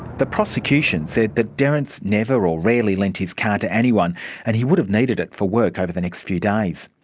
the prosecution said that derrance never or rarely lent his car anyone and he would have needed it for work over the next few days.